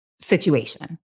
situation